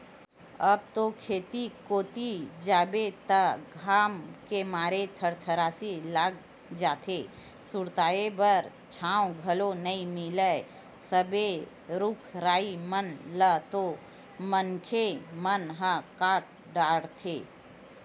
अब तो खेत कोती जाबे त घाम के मारे थरथरासी लाग जाथे, सुरताय बर छांव घलो नइ मिलय सबे रुख राई मन ल तो मनखे मन ह काट डरथे